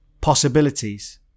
possibilities